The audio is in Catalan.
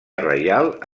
reial